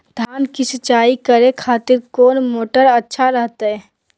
धान की सिंचाई करे खातिर कौन मोटर अच्छा रहतय?